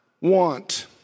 want